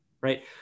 right